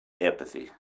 empathy